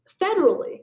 federally